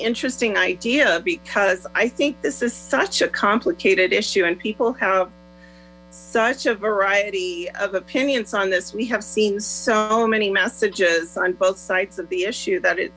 interesting idea because i think this is such a complicated issue and people have such a variety of opinions on this we have seen so many messages on both sides of the issue that it